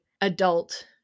adult